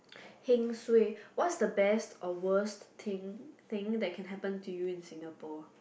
what's the best or worst thing thing that can happen to you in Singapore